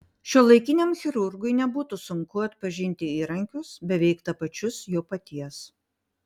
šiuolaikiniam chirurgui nebūtų sunku atpažinti įrankius beveik tapačius jo paties